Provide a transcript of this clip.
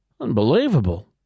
Unbelievable